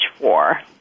four